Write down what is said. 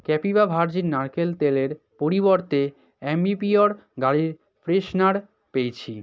Kapiva virgin নারকেল তেলের পরিবর্তে আ্যম্বিপিওর গাড়ির ফ্রেশনার পেয়েছি